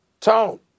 Tone